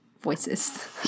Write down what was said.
voices